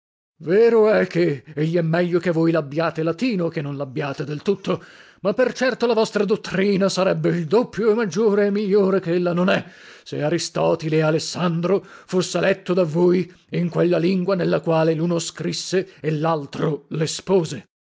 vero è che eglè meglio che voi labbiate latino che non labbiate del tutto ma per certo la vostra dottrina sarebbe il doppio e maggiore e migliore che ella non è se aristotile e alessandro fosse letto da voi in quella lingua nella quale luno scrisse e laltro lespose